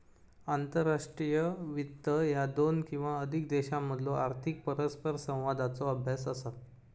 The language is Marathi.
आंतरराष्ट्रीय वित्त ह्या दोन किंवा अधिक देशांमधलो आर्थिक परस्परसंवादाचो अभ्यास असा